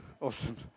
Awesome